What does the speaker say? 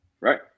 Right